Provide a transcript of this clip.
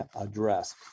address